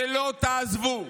שלא תעזבו.